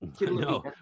no